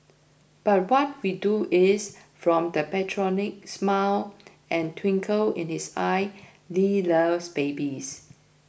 but what we know is from that patriarchal smile and twinkle in his eyes Lee loves babies